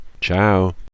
Ciao